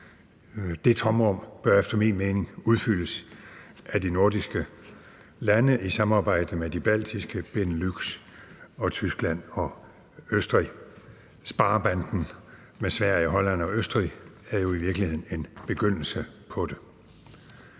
Det tomrum bør efter min mening udfyldes af de nordiske lande i samarbejde med de baltiske lande, Beneluxlandene, Tyskland og Østrig. Sparebanden med Sverige, Holland og Østrig er jo i virkeligheden en begyndelse på det.